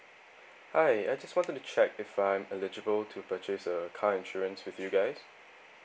hi I just wanted to check if I'm eligible to purchase a car insurance with you guys